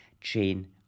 chain